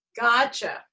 Gotcha